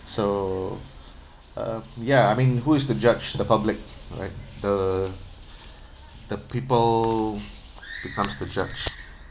so uh ya I mean who's the judge the public right the the people becomes the judge